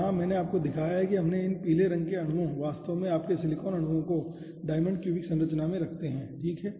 यहाँ मैंने आपको दिखाया है कि हमने इन पीले रंग के अणुओं वास्तव में आपके सिलिकॉन अणुओ को डायमंड क्यूबिक संरचना में रखते हैं ठीक है